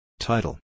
Title